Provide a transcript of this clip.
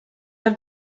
have